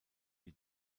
die